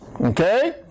Okay